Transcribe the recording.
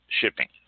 shipping